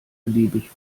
beliebig